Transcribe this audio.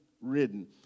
ridden